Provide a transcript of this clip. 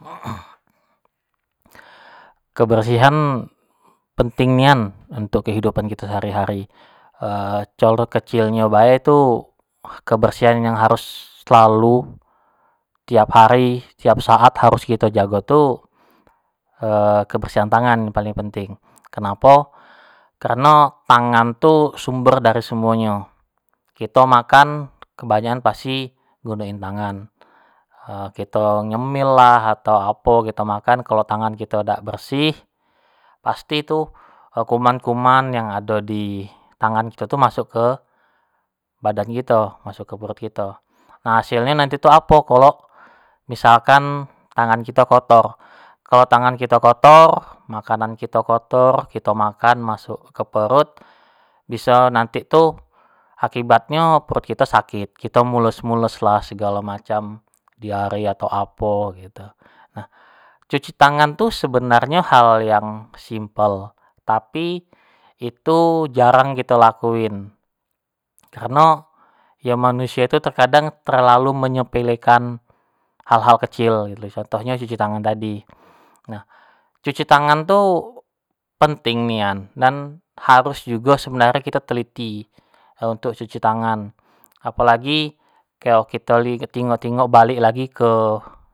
kebersihan penting nian untuk kehidupan kito sehari-hari, contoh kecil nyo bae tu kebrsihan yang harus selalu taip hari, tiap saat yang harus kito jago tu, kebersihan tangan yang paling penting, kenapo, kareno tangan tu sumber dari semuonyo, kito makan kebanyakaan pasti gunoin tangan, kito ngemil lah, atau apo yang kito makan, kalau tangan kito tu dak bersih, pasti tu kuman-kuman yang ado di tangan kito tu masuk ke badan kito, masuk ke perut kito, nah hasil nyo nanti tu apo kalo misalkan tangan kito kotor, kalo tangan kito kotor, makanan kito kotor, kito makan masuk keperut biso nanti tu akibatnyo perut kito sakit, kito mules-mules lah segalo macam, diare atau apo gitu, nah cuci tang tu sebanrnyo hal yang simpel, tapi itu jarang kito laku in, kareno manusio tu terkadang terlalu menyepelekan al-hal kecil, contohnyo cuci tangan tadi, nah cucui tangan tu, pentin nian dan harus jugo sebenarnyo kito teliti, untuk cuci tangan apolagi kalau kito ningok-ningok lagi ke.